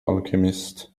alchemists